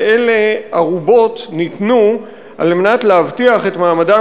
ואילו ערובות ניתנו כדי להבטיח את מעמדם